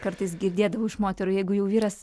kartais girdėdavau iš moterų jeigu jau vyras